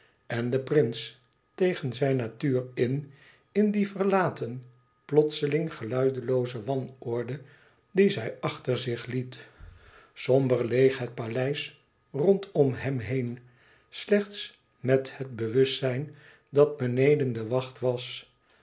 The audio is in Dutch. en de prins tegen zijn natuur in in die verlaten plotseling geluidenlooze wanorde die zij achter zich liet somber leêg het paleis rondom hem heen slechts met het bewustzijn dat beneden de wacht was